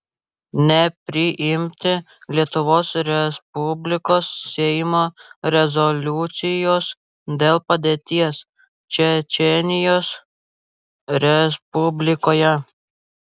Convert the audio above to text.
nepriimti lietuvos respublikos seimo rezoliucijos dėl padėties čečėnijos respublikoje